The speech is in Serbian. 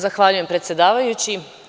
Zahvaljujem predsedavajući.